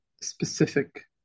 specific